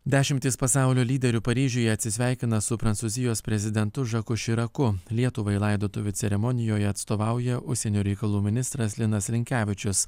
dešimtys pasaulio lyderių paryžiuje atsisveikina su prancūzijos prezidentu žaku širaku lietuvai laidotuvių ceremonijoje atstovauja užsienio reikalų ministras linas linkevičius